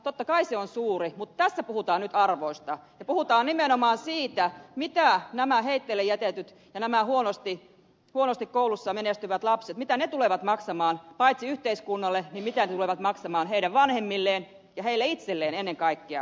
totta kai se on suuri mutta tässä puhutaan nyt arvoista ja puhutaan nimenomaan siitä mitä nämä heitteille jätetyt ja nämä huonosti koulussa menestyvät lapset tulevat maksamaan paitsi yhteiskunnalle myös heidän vanhemmilleen ja ennen kaikkea heille itselleen ed